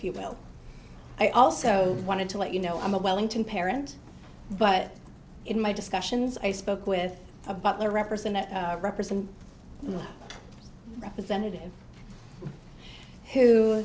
will i also wanted to let you know i'm a wellington parent but in my discussions i spoke with a butler represent i represent a representative who